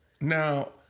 Now